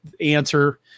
answer